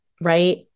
right